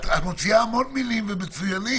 את מוציאה המון מילים ומצוינות.